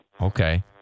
Okay